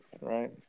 right